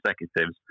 executives